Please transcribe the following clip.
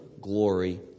glory